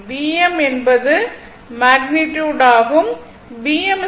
Vm என்பது magnitude ஆகும்